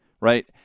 right